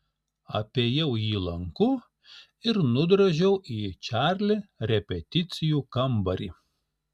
apėjau jį lanku ir nudrožiau į čarli repeticijų kambarį